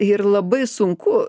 ir labai sunku